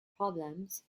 problems